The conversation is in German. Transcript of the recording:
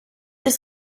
ist